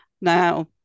Now